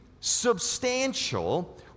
substantial